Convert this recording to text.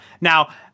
now